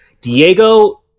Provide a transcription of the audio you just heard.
diego